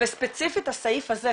וספציפית הסעיף הזה,